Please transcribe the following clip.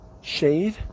shade